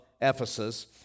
Ephesus